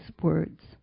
words